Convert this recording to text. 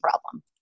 problem